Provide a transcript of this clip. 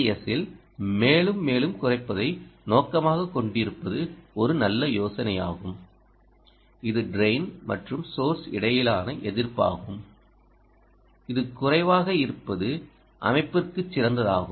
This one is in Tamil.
எஸ்ஸில் மேலும் மேலும் குறைப்பதை நோக்கமாகக் கொண்டிருப்பது ஒரு நல்ல யோசனையாகும் இது ட்ரெய்ன் மற்றும் சோர்ஸ் இடையிலான எதிர்ப்பாகும் இது குறைவாக இருப்பது அமைப்பிற்குச் சிறந்ததாகும்